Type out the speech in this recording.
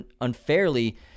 unfairly